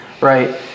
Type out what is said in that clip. right